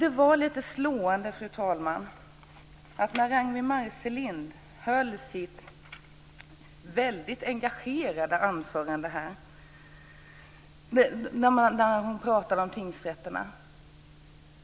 Det var lite slående att höra Ragnwi Marcelind i sitt väldigt engagerade anförande här prata om tingsrätterna.